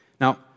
Now